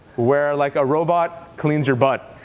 where like a robot cleans your butt.